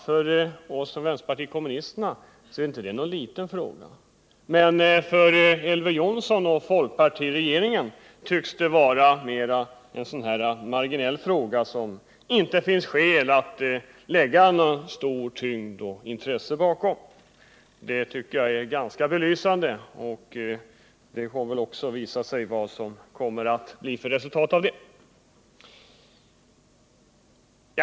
För vänsterpartiet kommunisterna är inte det någon liten fråga. För Elver Jonsson och folkpartiregeringen tycks det vara en marginell fråga som det inte finns skäl att lägga ned något stort intresse på. Det är belysande. Vad som blir resultatet av det kommer väl också att visa sig.